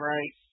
Right